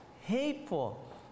hateful